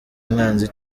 umwanzi